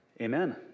Amen